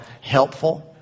helpful